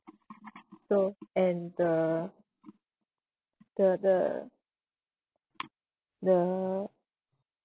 so and the the the the